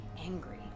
angry